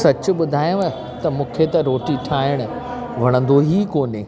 सच ॿुधायव त मूंखे त रोटी ठाहिण वणंदो ई कोन्हे